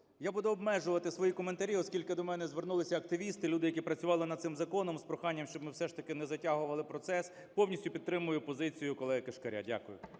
Я буду обмежувати свої коментарі, оскільки до мене звернулися активісти, люди, які працювали над цим законом, з проханням, щоб ми все ж таки не затягували процес. Повністю підтримую позицію колеги Кишкаря. Дякую.